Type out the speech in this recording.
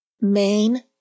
Main